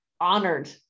honored